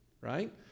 right